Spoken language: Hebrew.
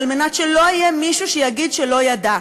כדי שלא יהיה מישהו שיגיד שהוא לא ידע,